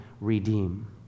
redeem